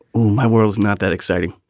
my world's not that exciting